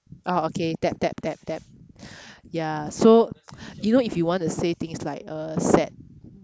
ah okay tap tap tap tap ya so you know if you want to say things like a sad